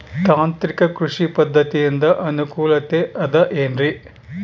ತಾಂತ್ರಿಕ ಕೃಷಿ ಪದ್ಧತಿಯಿಂದ ಅನುಕೂಲತೆ ಅದ ಏನ್ರಿ?